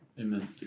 Amen